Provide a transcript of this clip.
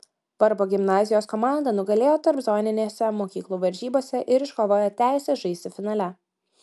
varpo gimnazijos komanda nugalėjo tarpzoninėse mokyklų varžybose ir iškovojo teisę žaisti finale